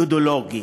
אידיאולוגי.